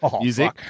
music